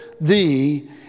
thee